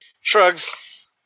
Shrugs